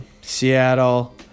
Seattle